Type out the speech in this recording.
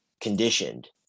conditioned